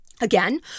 Again